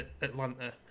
Atlanta